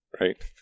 right